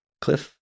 Cliff